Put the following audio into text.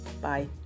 Bye